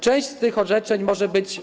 Część z tych orzeczeń może być.